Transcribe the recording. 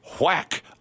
whack